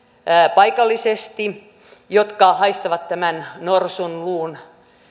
paikallisesti koiria jotka haistavat norsunluun